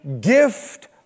gift